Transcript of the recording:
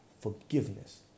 forgiveness